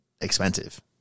expensive